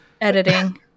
editing